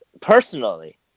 Personally